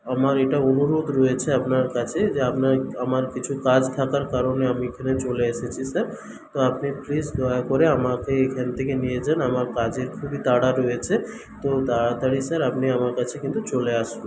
আমার এটা অনুরোধ রয়েছে আপনার কাছে যে আপনার আমার কিছু কাজ থাকার কারণে আমি এখানে চলে এসেছি স্যার তো আপনি প্লিজ দয়া করে আমাকে এখান থেকে নিয়ে যান আমার কাজের খুবই তাড়া রয়েছে তো তাড়াতাড়ি স্যার আপনি আমার কাছে কিন্তু চলে আসুন